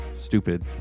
Stupid